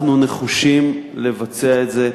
אנחנו נחושים לבצע את זה,